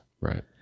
Right